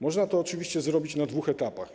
Można to oczywiście zrobić na dwóch etapach.